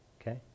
Okay